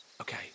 Okay